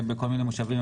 בכל מיני מושבים,